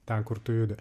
ten kur tu judi